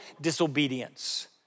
disobedience